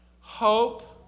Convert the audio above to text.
hope